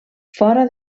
fora